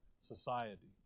society